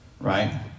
right